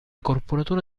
corporatura